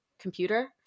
computer